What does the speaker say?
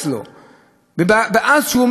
שנתנו לאנשים לחיות באשליה,